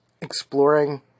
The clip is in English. exploring